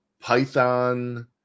Python